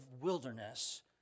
wilderness